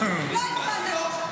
הצבעתי יש עתיד, לא הצבעתי חד"ש.